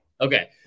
Okay